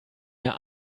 mir